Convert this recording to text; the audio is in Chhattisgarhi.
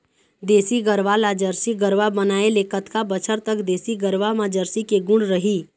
देसी गरवा ला जरसी गरवा बनाए ले कतका बछर तक देसी गरवा मा जरसी के गुण रही?